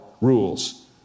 rules